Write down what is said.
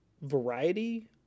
variety